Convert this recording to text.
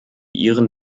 iren